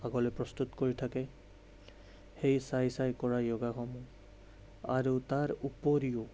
আগলৈ প্ৰস্তুত কৰি থাকে সেই চাই চাই কৰা য়োগাসমূহ আৰু তাৰ উপৰিও